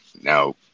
now